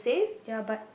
ya but